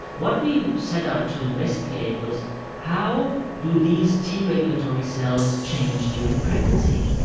what we set out to investigate was how do these t regulatory cells change during pregnancy?